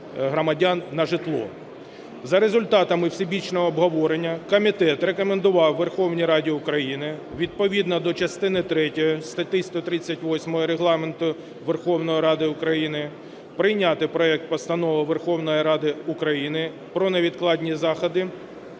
За результатами всебічного обговорення комітет рекомендував Верховній Раді України відповідно до частини третьої статті 138 Регламенту Верховної Ради України прийняти проект Постанови Верховної Ради України про невідкладні заходи